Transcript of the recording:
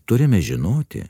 turime žinoti